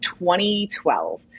2012